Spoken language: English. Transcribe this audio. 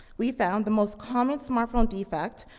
we found the most common smartphone defect,